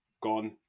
gone